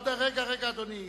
עוד רגע, רגע, אדוני.